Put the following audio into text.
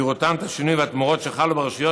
בראותם את השינוי והתמורות שחלו ברשויות